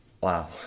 Wow